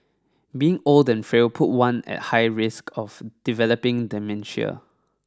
being old and frail put one at high risk of developing dementia